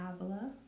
Avila